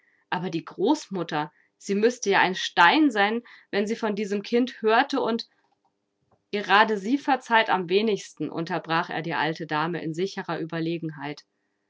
aber die großmutter sie müßte ja ein stein sein wenn sie von diesem kinde hörte und gerade sie verzeiht am wenigsten unterbrach er die alte dame in sicherer ueberlegenheit